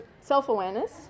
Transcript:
self-awareness